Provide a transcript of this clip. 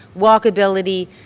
walkability